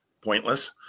pointless